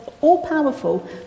all-powerful